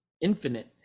infinite